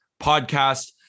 podcast